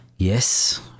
Yes